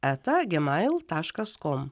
eta gmail taškas kom